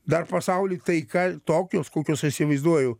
dar pasauly taika tokios kokios įsivaizduoju